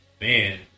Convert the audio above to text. Man